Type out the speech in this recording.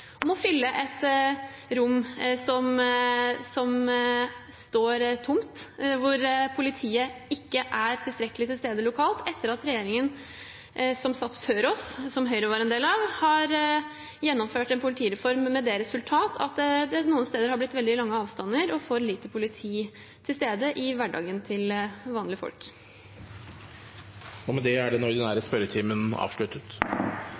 å fylle et rom som står tomt, hvor politiet ikke er tilstrekkelig til stede lokalt, etter at regjeringen som satt før oss, som Høyre var en del av, gjennomførte en politireform med det resultat at det noen steder har blitt veldig store avstander og for lite politi til stede i hverdagen til vanlige folk. Dette spørsmålet, fra representanten Tage Pettersen til justis- og beredskapsministeren, er